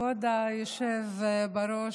כבוד היושב-ראש,